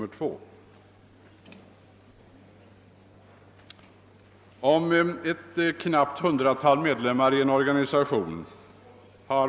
Det fall som jag här vill återge handlar om en liten organisation med knappt ett hundratal medlemmar.